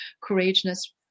courageous